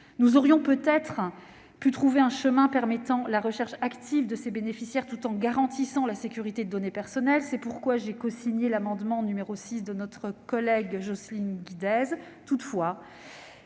Nous pourrions peut-être trouver un chemin permettant la recherche active des bénéficiaires, tout en garantissant la sécurité des données personnelles. C'est pourquoi j'ai cosigné l'amendement n° 6 de notre collègue Jocelyne Guidez. Toutefois,